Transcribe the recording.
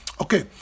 Okay